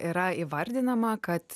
yra įvardinama kad